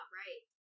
right